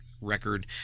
record